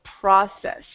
process